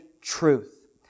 truth